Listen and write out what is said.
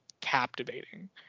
captivating